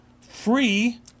free